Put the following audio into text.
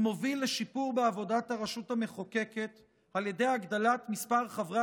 הוא מוביל לשיפור בעבודת הרשות המחוקקת על ידי הגדלת מספר חברי